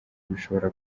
bishobora